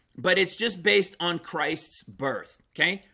but it's just based on christ's birth okay,